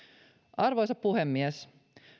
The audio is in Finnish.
arvoisa puhemies